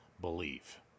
believe